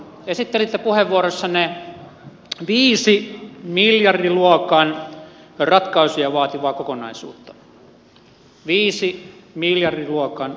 esittelitte puheenvuorossanne viisi miljardiluokan ratkaisuja vaativaa kokonaisuutta viisi miljardiluokan ratkaisuja vaativaa kokonaisuutta